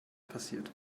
passiert